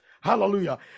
Hallelujah